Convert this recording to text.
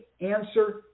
answer